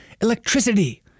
electricity